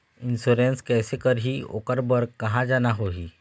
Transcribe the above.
Insurance कैसे करही, ओकर बर कहा जाना होही?